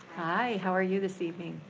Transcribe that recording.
hi, how are you this evening.